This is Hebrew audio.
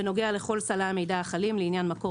בנוגע לכל סלי המידע החלים לעניין מקור